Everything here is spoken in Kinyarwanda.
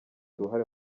uruhare